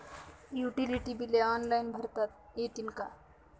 Utility बिले online भरता येतील का?